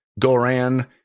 Goran